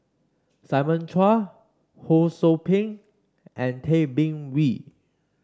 Simon Chua Ho Sou Ping and Tay Bin Wee